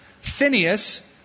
Phineas